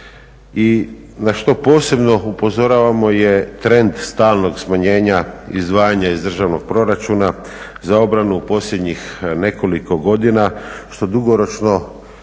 na što posebno upozoravamo je trend stalnog smanjenja izdvajanja iz državnog proračuna za obranu posljednjih nekoliko godina što dugoročno